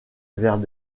vers